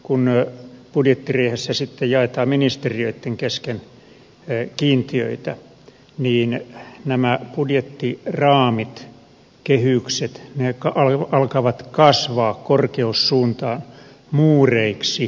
sitten kun budjettiriihessä jaetaan ministeriöitten kesken kiintiöitä nämä budjettiraamit kehykset alkavat kasvaa korkeussuuntaan muureiksi